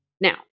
Now